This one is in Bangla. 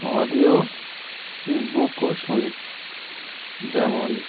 অডিও বুকও শুনি যেমন